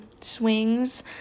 swings